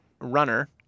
runner